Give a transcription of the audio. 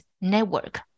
network